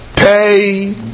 Pay